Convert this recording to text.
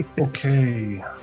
Okay